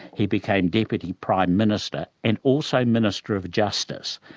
he became deputy prime minister and also minister of justice,